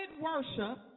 worship